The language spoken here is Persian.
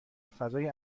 فضای